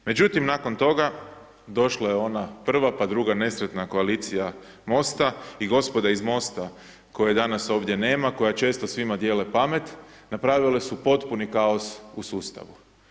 Međutim, nakon toga, došla je ona prva, pa druga nesretna koalicija MOST-a i gospoda iz MOST-a, koje danas ovdje nema, koja često svima dijele pamet, napravili su potpuni kaos u sustavu.